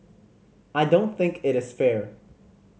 I don't think it is fair